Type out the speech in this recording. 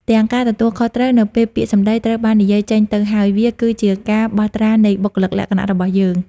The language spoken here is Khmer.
ដូច្នេះ យើងត្រូវទទួលខុសត្រូវចំពោះអ្វីដែលយើងបាននិយាយ។